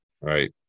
right